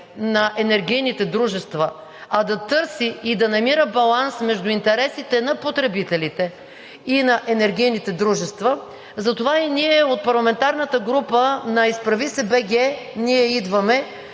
на енергийните дружества, а да търси и да намира баланс между интересите на потребителите и на енергийните дружества, затова и ние от парламентарната група на „Изправи се БГ! Ние идваме!“